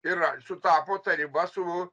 yra sutapo ta riba su